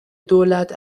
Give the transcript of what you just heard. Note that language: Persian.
دولت